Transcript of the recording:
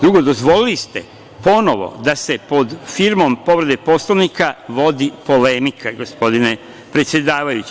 Drugo, dozvolili te ponovo da se pod firmom povrede Poslovnika vodi polemika, gospodine predsedavajući.